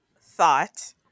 thought